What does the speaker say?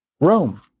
Rome